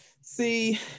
See